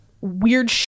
weird